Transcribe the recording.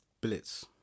blitz